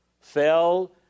fell